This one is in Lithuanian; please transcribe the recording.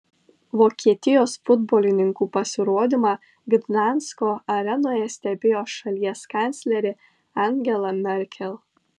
vokietijos futbolininkų pasirodymą gdansko arenoje stebėjo šalies kanclerė angela merkel